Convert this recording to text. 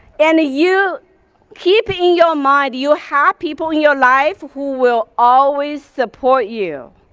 and you keep in your mind, you have people in your life who will always support you.